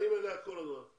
באים אליה כל הזמן.